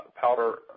Powder